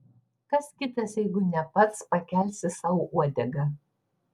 kas kitas jeigu ne pats pakelsi sau uodegą